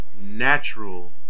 natural